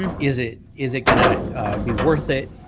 and is it is it gonna be worth it?